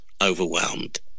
overwhelmed